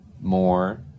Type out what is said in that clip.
more